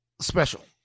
special